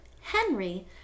Henry